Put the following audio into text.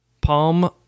Palm